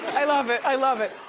i love it, i love it.